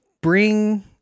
bring